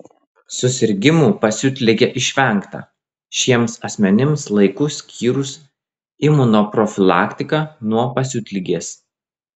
susirgimų pasiutlige išvengta šiems asmenims laiku skyrus imunoprofilaktiką nuo pasiutligės